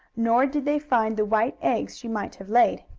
nor did they find the white eggs she might have laid.